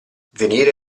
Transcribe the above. venire